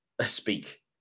speak